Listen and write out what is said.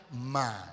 man